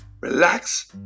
relax